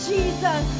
Jesus